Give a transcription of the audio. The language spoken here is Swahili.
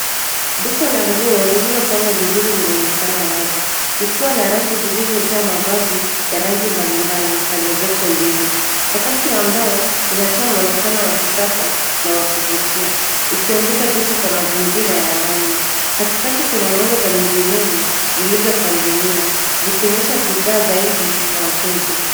Duka la nguo lililopangwa vizuri linaonekana wazi likiwa na rafu zilizojaa mavazi ya rangi mbalimbali pande zote mbili. Sakafu ya mbao inatoa mwonekano wa kisasa na wa kuvutia ikiongeza joto kwa mazingira ya ndani. Katikati kuna meza za miviringo zilizopangiliwa zikionyesha bidhaa zaidi kwa wateja.